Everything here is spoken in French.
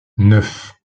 neuf